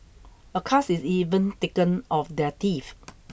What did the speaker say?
a cast is even taken of their teeth